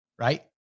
right